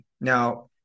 Now